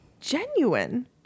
genuine